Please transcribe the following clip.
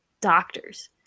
doctors